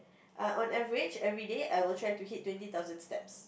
err on average every day I'll try to hit twenty thousand steps